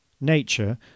Nature